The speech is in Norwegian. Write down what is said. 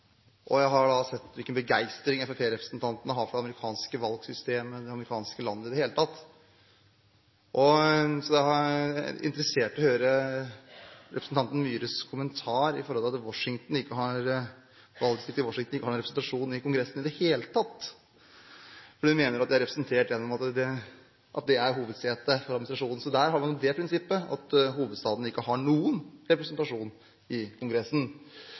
og jeg har sett hvilken begeistring Fremskrittsparti-representanten har for det amerikanske valgsystemet og for det amerikanske landet i det hele tatt. Da er jeg interessert i å høre representanten Myhres kommentar til at valgdistriktet Washington ikke har noen representasjon i Kongressen i det hele tatt, fordi man mener at de er representert gjennom det å være hovedsete for administrasjonen. Så der har man det prinsippet at hovedstaden ikke har noen representasjon i Kongressen.